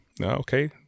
Okay